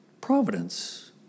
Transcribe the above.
Providence